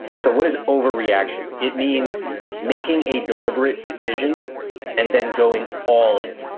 so what is overreaction? it means making a deliberate decision and then going all in.